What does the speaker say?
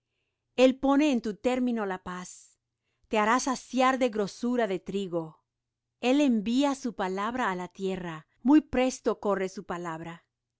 el pone en tu término la paz te hará saciar de grosura de trigo el envía su palabra á la tierra muy presto corre su palabra